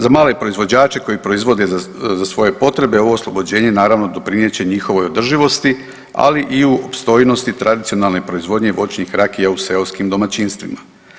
Za male proizvođače koji proizvode za svoje potrebe ovo oslobođenje naravno doprinijet će njihovoj održivosti, ali i u opstojnosti tradicionalne proizvodnje voćnih rakija u seoskim domaćinstvima.